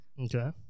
okay